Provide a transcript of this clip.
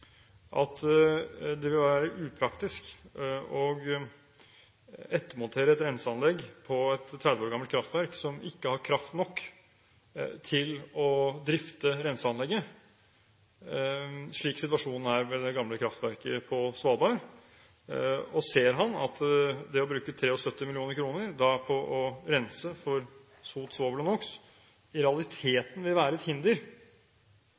at det vil være upraktisk å ettermontere et renseanlegg på et 30 år gammelt kraftverk som ikke har kraft nok til å drifte renseanlegget, slik situasjonen er ved det gamle kraftverket på Svalbard? Ser han at det å bruke 73 mill. kr på å rense for sot, svovel og NOx i realiteten vil være et hinder